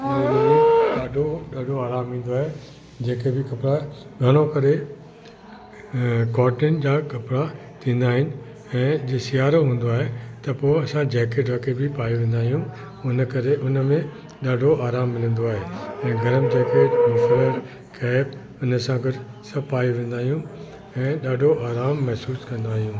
ऐं हुन में ॾाढो ॾाढो आरामु ईंदो आहे जेके बि कपिड़ा घणो करे कॉटन जा कपिड़ा थींदा आहिनि ऐं जो सियारो हूंदो आहे त पोइ असां जैकेट वैकेट बि पाए वेंदा आहियूं हुन करे हुन में ॾाढो आरामु मिलंदो आहे ऐं गर्म जैकेट मफ़लर कैप हिन सां गॾु सभु पाए वेंदा आहियूं ऐं ॾाढो आराम महिसूसु कंदा आहियूं